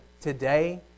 today